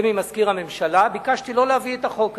וממזכיר הממשלה, ביקשתי לא להביא את החוק הזה.